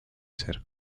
ser